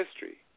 history